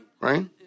right